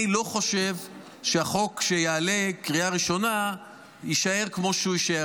אני לא חושב שהחוק שיעלה בקריאה ראשונה יישאר כמו שהוא יישאר,